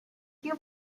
you